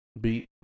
beat